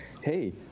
hey –